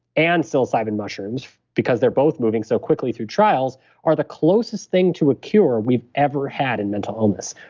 and psilocybin mushrooms, because they're both moving so quickly through trials are the closest thing to a cure we've ever had in mental illness.